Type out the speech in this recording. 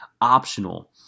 optional